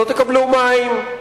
לא תקבלו מים.